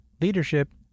Leadership